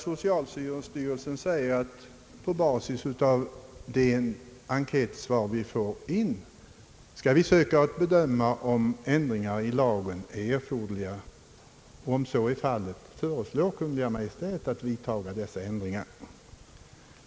Sotialstyrelsen "framhåller att denpå bäsis av de'enkätsvar som den får in skall pröva om "ändringar i lagen er fordras och om så är fallet föreslå Kungl. Maj:t att vidtaga dessa ändringar.